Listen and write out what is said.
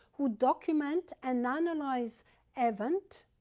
who document and analyze events,